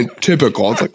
Typical